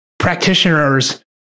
practitioners